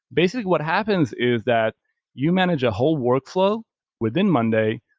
basically what happens is that you manage a whole workflow within monday,